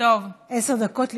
עשר דקות לרשותך.